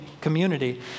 community